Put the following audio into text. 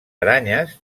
aranyes